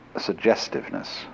suggestiveness